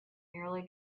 nearly